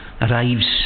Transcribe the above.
arrives